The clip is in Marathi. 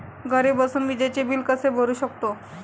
घरी बसून विजेचे बिल कसे भरू शकतो?